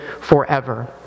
forever